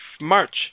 March